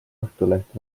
õhtuleht